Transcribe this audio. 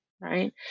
right